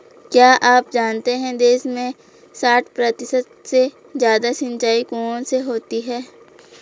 क्या आप जानते है देश में साठ प्रतिशत से ज़्यादा सिंचाई कुओं से होती है?